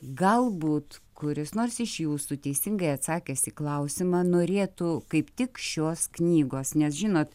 galbūt kuris nors iš jūsų teisingai atsakęs į klausimą norėtų kaip tik šios knygos nes žinot